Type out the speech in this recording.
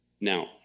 now